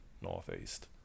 northeast